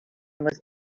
was